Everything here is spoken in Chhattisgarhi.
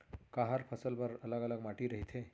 का हर फसल बर अलग अलग माटी रहिथे?